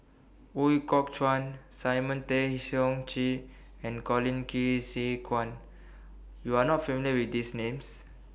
Ooi Kok Chuen Simon Tay Seong Chee and Colin Qi Zhe Quan YOU Are not familiar with These Names